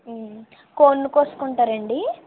కోడిని కోసుకుంటారా అండి